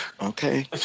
Okay